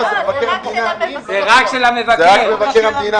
זה רק של המבקר.